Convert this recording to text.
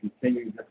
continue